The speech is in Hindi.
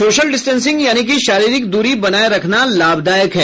सोशल डिस्टेंसिंग यानी की शारीरिक दूरी बनाया रखना लाभदायक है